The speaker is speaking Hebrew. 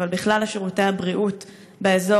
אבל בכלל לשירותי הבריאות באזור,